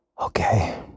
Okay